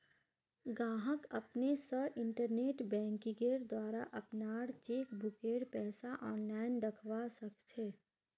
गाहक अपने स इंटरनेट बैंकिंगेंर द्वारा अपनार चेकबुकेर पैसा आनलाईन दखवा सखछे